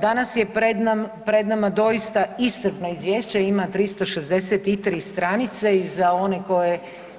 Danas je pred nama doista iscrpno izvješće, ima 363 stranice i za one